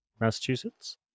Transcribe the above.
Massachusetts